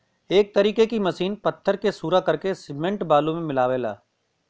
एक तरीके की मसीन पत्थर के सूरा करके सिमेंट बालू मे मिलावला